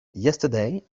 yesterday